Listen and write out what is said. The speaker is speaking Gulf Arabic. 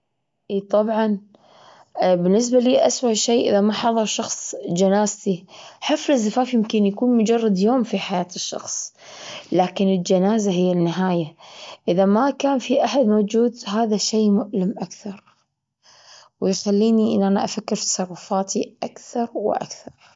إي طبعا، بالنسبة لي أسوأ شيء، إذا ما حضر شخص جنازتي، حفل الزفاف يمكن يكون مجرد يوم في حياة الشخص، لكن الجنازة هي النهاية، إذا ما كان في أحد موجود هذا الشي مؤلم أكثر، ويخليني إن أنا أفكر في تصرفاتي أكثر وأكثر.